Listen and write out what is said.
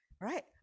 Right